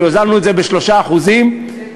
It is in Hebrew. כי הוזלנו את זה ב-3% בצדק.